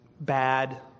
bad